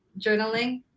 journaling